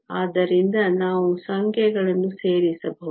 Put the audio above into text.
ಆದ್ದರಿಂದ ನಾವು ಸಂಖ್ಯೆಗಳನ್ನು ಸೇರಿಸಬಹುದು